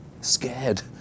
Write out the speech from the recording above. scared